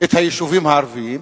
את היישובים הערביים,